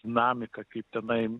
dinamiką kaip tenai